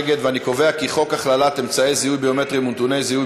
חוק הכללת אמצעי זיהוי ביומטריים ונתוני זיהוי